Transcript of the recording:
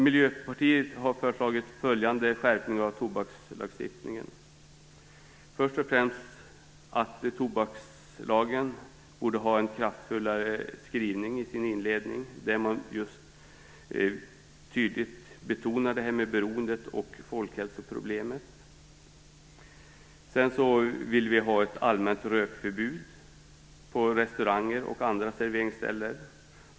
Miljöpartiet har föreslagit följande skärpningar av tobakslagstiftningen: Först och främst borde tobakslagen ha en kraftfullare skrivning i sin inledning där just det här med beroendet och folkhälsoproblemet betonades. Vidare vill vi ha ett allmänt rökförbud på restauranger och andra serveringsställen.